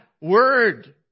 Word